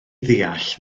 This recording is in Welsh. ddeall